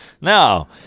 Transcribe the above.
No